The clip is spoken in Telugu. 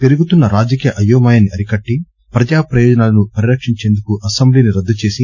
పెరుగుతున్న రాజకీయ అయోమయాన్ని అరికట్టి ప్రజాప్రయోజనాలను పరిరక్షించేందుకు అసెంబ్లీని రద్దు చేసి